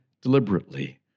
deliberately